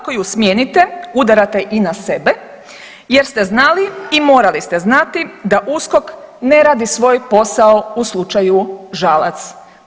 Ako ju smijenite udarate i na sebe jer ste znali i morali ste znati da USKOK ne radi svoj posao u slučaju Žalac.